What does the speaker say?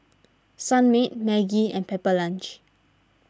Sunmaid Maggi and Pepper Lunch